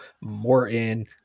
Morton